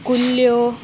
कुल्ल्यो